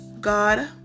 God